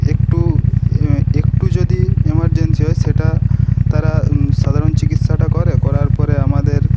একটু একটু যদি এমার্জেন্সি হয় সেটা তারা সাধারণ চিকিৎসাটা করে করার পরে আমাদের